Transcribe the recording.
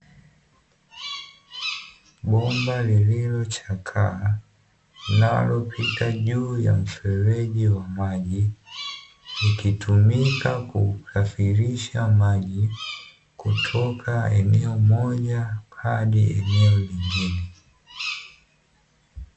Bomba lililochakaa linalopita juu ya mfereji wa maji, likitumika kusafirisha maji, kutoka eneo moja hadi eneo lingine.